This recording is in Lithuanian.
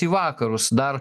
į vakarus dar